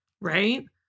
Right